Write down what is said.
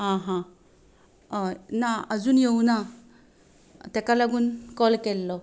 आं हां ना अजून येवंकना ताका लागून कॉल केल्लो